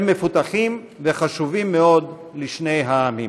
הם מפותחים וחשובים מאוד לשני העמים.